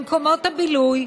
במקומות הבילוי,